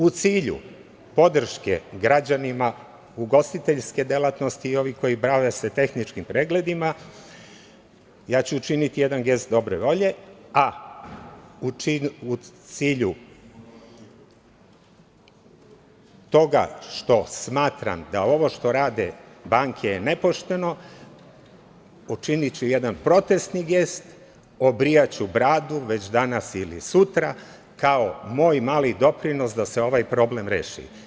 U cilju podrške građanima, ugostiteljske delatnosti i ovih koji se bave tehničkim pregledima ja ću učiniti jedan gest dobre volje, a u cilju toga što smatram da ovo što rade banke je nepošteno, učiniću jedan protesni gest, obrijaću bradu već danas ili sutra kao moj mali doprinos da se ovaj problem reši.